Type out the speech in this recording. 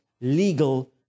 legal